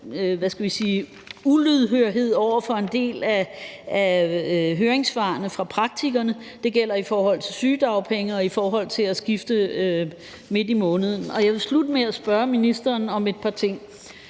lydhørhed over for en del af høringssvarene fra praktikerne, og det gælder i forhold til sygedagpenge og i forhold til at skifte midt i måneden. Jeg vil slutte med at spørge ministeren om et par ting: